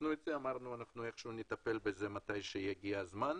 אמרנו שנטפל בזה כשיגיע הזמן,